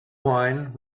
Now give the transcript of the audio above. wine